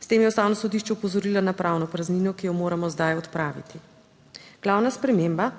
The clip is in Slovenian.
S tem je Ustavno sodišče opozorilo na pravno praznino, ki jo moramo zdaj odpraviti. Glavna sprememba,